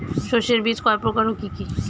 শস্যের বীজ কয় প্রকার ও কি কি?